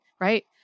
right